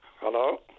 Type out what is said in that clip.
Hello